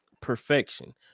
perfection